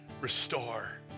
Restore